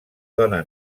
dona